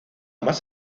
más